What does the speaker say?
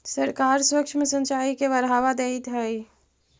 सरकार सूक्ष्म सिंचाई के बढ़ावा देइत हइ